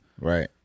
right